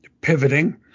pivoting